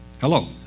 Hello